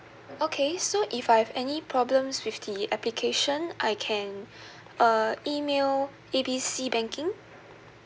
okay so if I have any problems with the application I can uh email A B C banking